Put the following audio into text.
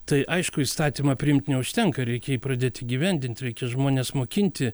tai aišku įstatymą priimt neužtenka reikia jį pradėt įgyvendint reikia žmones mokinti